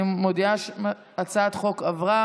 אני מודיעה שהצעת החוק עברה